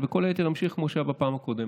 וכל היתר ימשיכו כמו שהיה בפעם הקודמת.